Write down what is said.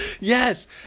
Yes